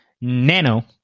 Nano